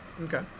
Okay